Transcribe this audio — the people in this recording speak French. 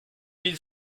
mille